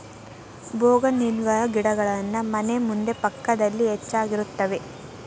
bougainvillea ಗಿಡಗಳನ್ನಾ ಮನೆ ಮುಂದೆ ಪಕ್ಕದಲ್ಲಿ ಹೆಚ್ಚಾಗಿರುತ್ತವೆ